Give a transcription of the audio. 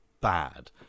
bad